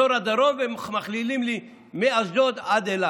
אזור הדרום, הם מכלילים לי מאשדוד עד אילת.